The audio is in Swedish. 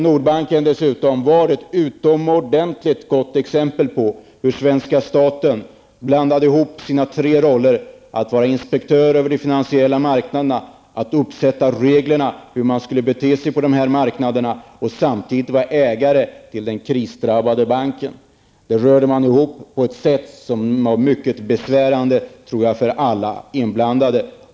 Nordbanken var dessutom ett utomordentligt gott exempel på hur svenska staten blandade ihop sina tre roller att vara inspektör över de finansiella marknaderna, att uppsätta reglerna hur man skulle bete sig på de här marknaderna och samtidigt vara ägare till den krisdrabbade banken. Det rörde man ihop på ett sätt som var mycket besvärande för alla inblandade.